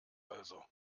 also